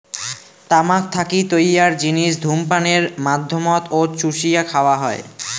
তামাক থাকি তৈয়ার জিনিস ধূমপানের মাধ্যমত ও চুষিয়া খাওয়া হয়